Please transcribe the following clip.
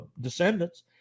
descendants